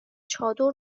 چادر